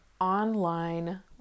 online